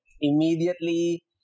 immediately